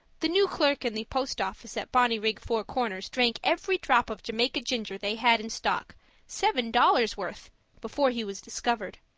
the new clerk in the post office at bonnyrigg four corners drank every drop of jamaica ginger they had in stock seven dollars' worth before he was discovered.